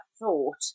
thought